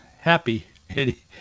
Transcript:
happy